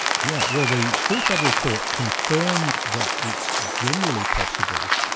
yeah well the full federal court confirmed that it's generally possible,